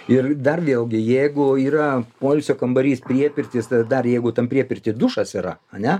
ir dar vėlgi jeigu yra poilsio kambarys priepirtis tada dar jeigu tam priepirty dušas yra ane